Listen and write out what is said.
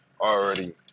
already